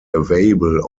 available